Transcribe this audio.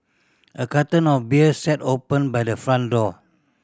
a carton of beer sat open by the front door